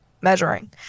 measuring